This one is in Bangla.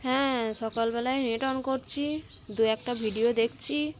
হ্যাঁ সকালবেলায় নেট অন করছি দু একটা ভিডিও দেখছি